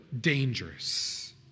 dangerous